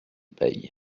paye